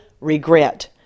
regret